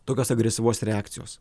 tokios agresyvos reakcijos